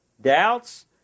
Doubts